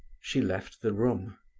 she left the room.